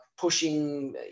pushing